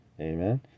Amen